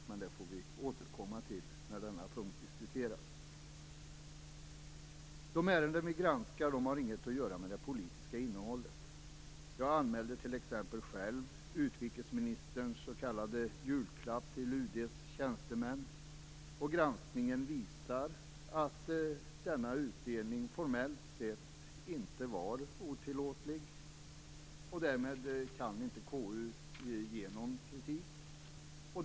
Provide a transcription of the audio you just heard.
Men det får vi återkomma till när denna punkt diskuteras. De ärenden vi granskar har inget att göra med det politiska innehållet. Jag anmälde t.ex. själv utrikesministerns s.k. julklapp till UD:s tjänstemän. Granskningen visar att denna utdelning formellt sett inte var otillåten. Därmed kan inte KU ge någon kritik.